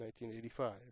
1985